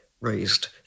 raised